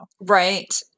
Right